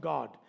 God